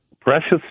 Precious